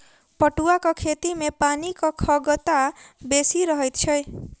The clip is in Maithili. पटुआक खेती मे पानिक खगता बेसी रहैत छै